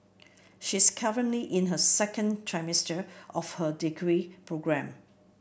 she is currently in her second trimester of her degree program